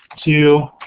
two,